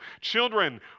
Children